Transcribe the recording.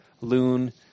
Loon